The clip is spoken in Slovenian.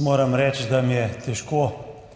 moram reči, da mi je težko,